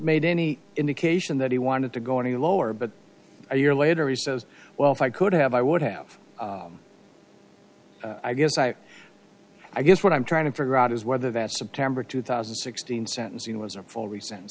made any indication that he wanted to go any lower but a year later he says well if i could have i would have i guess i i guess what i'm trying to figure out is whether that september two thousand and sixteen sentencing was in full re